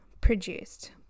produced